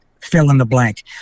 fill-in-the-blank